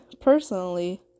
personally